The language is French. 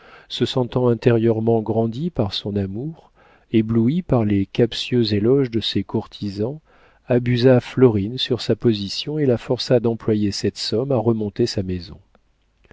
se sentant intérieurement grandi par son amour ébloui par les captieux éloges de ses courtisans abusa florine sur sa position et la força d'employer cette somme à remonter sa maison